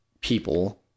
people